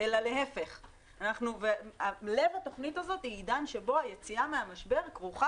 אלא להפך: לב התוכנית הזו היא עידן שבו היציאה מהמשבר כרוכה